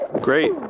Great